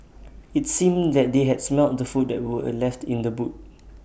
IT seemed that they had smelt the food that were left in the boot